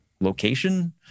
location